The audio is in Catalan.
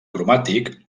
cromàtic